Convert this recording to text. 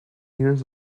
years